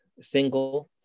single